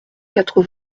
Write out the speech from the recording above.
quatre